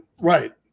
Right